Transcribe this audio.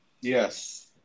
Yes